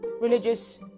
religious